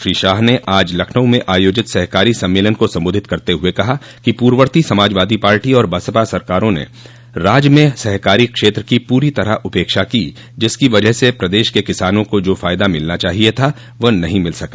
श्री शाह ने आज लखनऊ में आयोजित सहकारी सम्मेलन को संबोधित करते हुए कहा कि पूर्ववर्ती समाजवादी पार्टी और बसपा सरकारों ने राज्य में सहकारी क्षेत्र की पूरी तरह उपेक्षा की जिसकी वजह से प्रदेश के किसानों को जो फायदा मिलना चाहिये था वह नहीं मिल सका